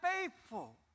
faithful